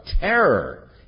terror